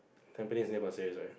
Tampines near Pasir-Ris right